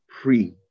pre